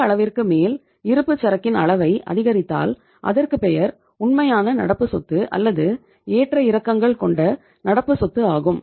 இந்த அளவிற்கு மேல் இருப்புச் சரக்கின் அளவை அதிகரித்தால் அதற்கு பெயர் உண்மையான நடப்பு சொத்து அல்லது ஏற்ற இறக்கங்கள் கொண்ட நடப்பு சொத்து ஆகும்